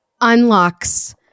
unlocks